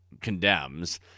condemns